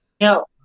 no